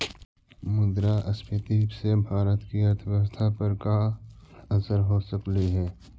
मुद्रास्फीति से भारत की अर्थव्यवस्था पर का असर हो सकलई हे